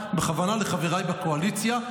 בכוונה לחבריי בקואליציה.